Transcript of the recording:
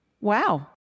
Wow